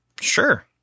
Sure